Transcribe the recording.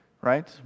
right